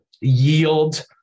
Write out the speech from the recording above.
yield